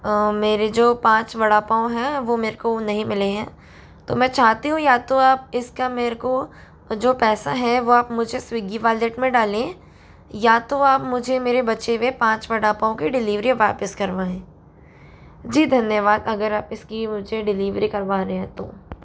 मेरे जो पाँच वड़ा पाँव हैं वो मेरे को नहीं मिले हैं तो मैं चाहती हूँ या तो आप इसका मेरे को जो पैसा है वो आप मुझे स्विगी वालेट में डालें या तो आप मुझे मेरे बचे हुए पाँच वडा पाँव की डिलीवरी वापस करवाएँ जी धन्यवाद अगर आप इसकी मुझे डिलीवरी करवा रहे हैं तो